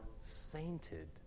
sainted